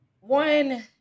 One